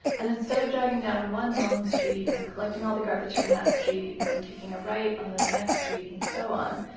and instead of driving down one long street and collecting all the garbage from that street and then taking a right onto the the next street and so on,